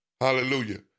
Hallelujah